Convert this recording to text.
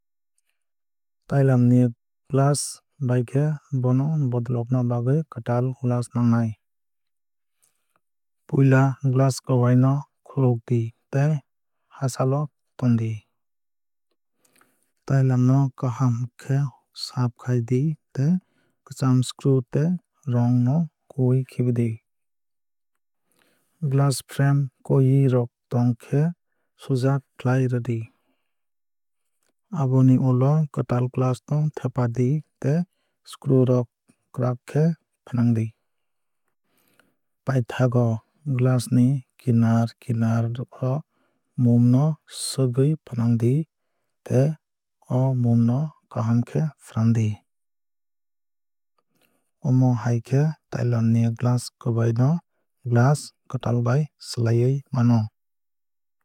Tailam ni glass baikhe bono bodologna bagwui kwtal glass nangnai. Puila glass kwbai no khulukdi tei hachal o tondi. Tailam no kaham khe saaf khai di tei kwcham screw tei rong no huwui khibidi. Glass frame koiwui rok tongkhe suja khlai rwdi. Aboni ulo kwtal glass no thepadi tei screw rok kwrak khe fwnangdi. Paithago glass ni kinar kinar o mum no swgwui fwnangdi tei o mum no kaham khe fwrandi. Omo hai khe tailam ni glass kwbai no glass kwtal bai swlaiwui mano.